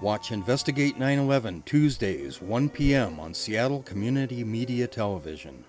watch investigate nine eleven tuesdays one pm one seattle community media television